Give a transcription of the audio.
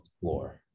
floor